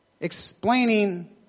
explaining